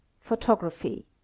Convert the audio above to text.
Photography